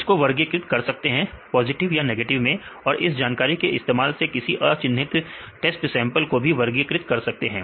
उसको वर्गीकृत कर सकते हैं पॉजिटिव या नेगेटिव में और इस जानकारी के इस्तेमाल से किसी अचिन्हित टेस्ट सैंपल को भी वर्गीकृत कर सकते हैं